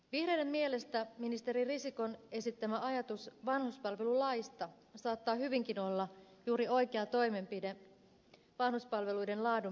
vihreiden mielestä ministeri risikon esittämä ajatus vanhuspalvelulaista saattaa hyvinkin olla juuri oikea toimenpide vanhuspalveluiden laadun parantamiseksi